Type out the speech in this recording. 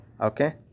Okay